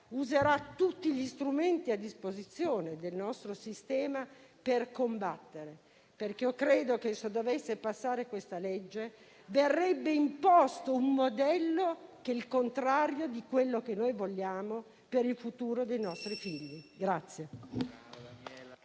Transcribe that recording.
userà tutti gli strumenti a disposizione del nostro sistema per combattere, perché credo che se dovesse passare questo disegno di legge, verrebbe imposto un modello che è il contrario di quello che noi vogliamo per il futuro dei nostri figli.